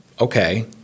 Okay